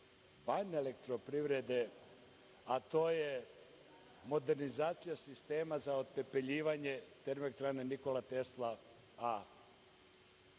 van „Elektroprivrede“, a to je modernizacija sistema za otpepeljivanje Termoelektrane „Nikola Tesla A“.